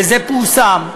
וזה פורסם,